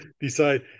decide